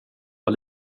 var